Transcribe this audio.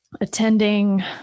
attending